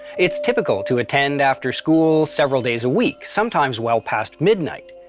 it's typical to attend after school, several days a week sometimes well past midnight.